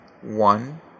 one